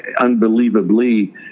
unbelievably